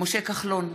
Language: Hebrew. משה כחלון,